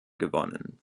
gewonnen